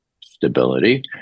stability